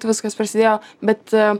viskas prasidėjo bet